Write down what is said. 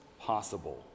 possible